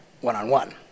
one-on-one